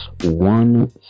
one